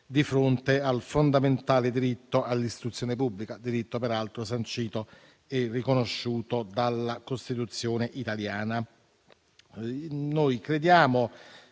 di fronte al fondamentale diritto all'istruzione pubblica; un diritto, peraltro, sancito e riconosciuto dalla Costituzione italiana. Crediamo,